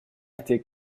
était